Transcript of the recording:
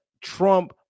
Trump